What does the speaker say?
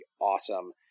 awesome